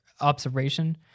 Observation